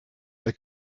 they